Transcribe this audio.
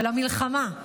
של המלחמה,